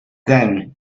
then